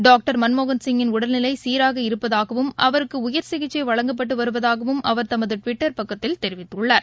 doctor மன்மோகன்சிங்கின் உடல்நிலைசீராக அவருக்குவயர் இருப்பதாகவும் சிகிச்சைவழங்கப்பட்டுவருவதாகவும் அவர் தமதுடுவிட்டர் பக்கத்தில் தெரிவித்துள்ளார்